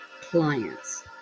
clients